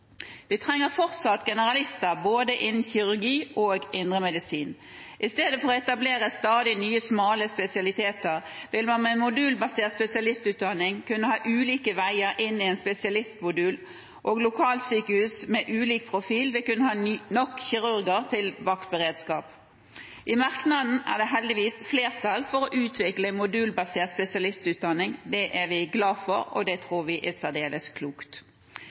Vi trenger fortsatt generalister, både innen kirurgi og innen indremedisin. I stedet for å etablere stadig nye smale spesialiteter vil man med modulbasert spesialistutdanning kunne ha ulike veier inn i en spesialistmodul, og lokalsykehus med ulik profil vil kunne ha nok kirurger til vaktberedskap. I merknadene er det heldigvis flertall for å utvikle modulbasert spesialistutdanning. Det er vi glad for, det tror vi er særdeles klokt.